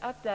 Att